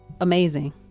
amazing